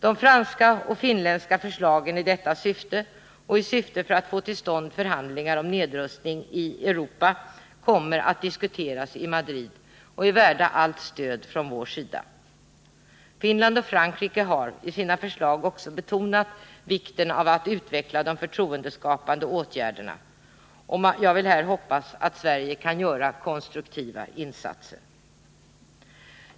De franska och finländska förslagen med detta syfte och för att få till stånd förhandlingar om nedrustning i Europa kommer att diskuteras i Madrid. Från vår sida är de värda allt stöd. Finland och Frankrike har i sina förslag också betonat vikten av att utveckla de förtroendeskapande åtgärderna, och jag hoppas att Sverige kan göra konstruktiva insatser.